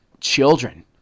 children